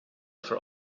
for